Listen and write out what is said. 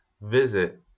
visit